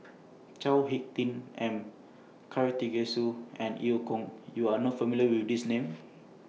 Chao Hick Tin M Karthigesu and EU Kong YOU Are not familiar with These Names